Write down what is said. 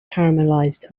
caramelized